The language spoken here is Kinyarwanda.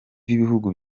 b’ibihugu